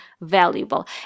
valuable